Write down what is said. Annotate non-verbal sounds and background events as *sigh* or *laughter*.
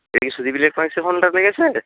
এটা কি সুদিপ ইলেকট্রনিক্সে ফোনটা *unintelligible*